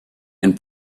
and